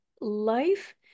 life